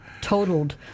totaled